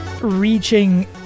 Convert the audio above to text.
reaching